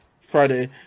Friday